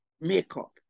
makeup